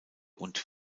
und